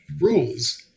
rules